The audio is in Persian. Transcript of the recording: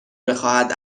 بخواهد